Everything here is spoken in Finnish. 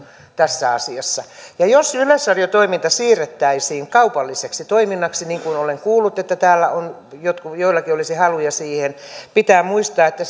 ja jos yleisradiotoiminta siirrettäisiin kaupalliseksi toiminnaksi olen kuullut että täällä joillakin olisi haluja siihen pitää muistaa että